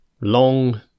long